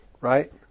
right